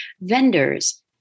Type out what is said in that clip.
vendors